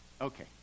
Okay